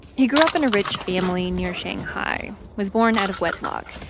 he grew up in a rich family near shanghai, was born out of wedlock,